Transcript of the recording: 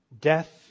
Death